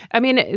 i mean,